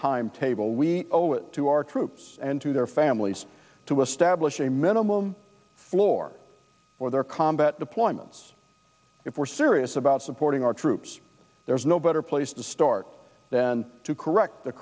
timetable we owe it to our troops and to their families to establish a minimum floor for their combat deployments if we're serious about supporting our troops there's no better place to start to correct the